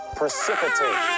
precipitate